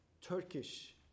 Turkish